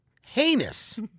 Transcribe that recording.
heinous